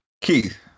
Keith